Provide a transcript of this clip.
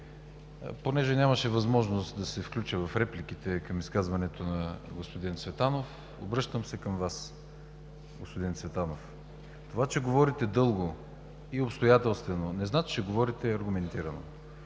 Понеже нямаше възможност да се включа в репликите към изказването на господин Цветанов, обръщам се към Вас, господин Цветанов. Това че говорите дълго и обстоятелствено не значи, че говорите аргументирано.